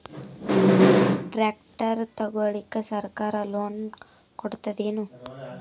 Tractor ತಗೊಳಿಕ ಸರ್ಕಾರ loan ಕೊಡತದೇನು?